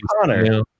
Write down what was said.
Connor